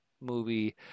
movie